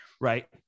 Right